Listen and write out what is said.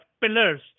pillars